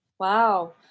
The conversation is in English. Wow